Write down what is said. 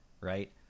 right